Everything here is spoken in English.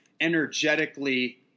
energetically